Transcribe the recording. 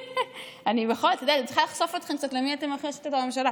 אני צריכה לחשוף אתכם קצת למי איתכם בממשלה.